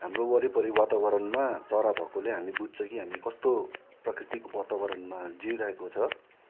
हाम्रो वरिपरि वातावरणमा चरा भएकोले हामीले बुझ्छौँ कि हाम्रो कस्तो प्रकृतिको वातावरणमा जिइरहेको छ